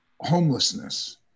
Homelessness